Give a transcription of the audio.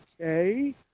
okay